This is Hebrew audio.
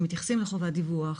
שמתייחסים לחובת דיווח,